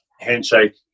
handshake